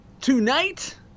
tonight